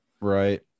Right